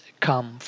Come